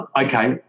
Okay